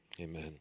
Amen